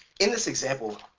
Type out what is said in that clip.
in this example,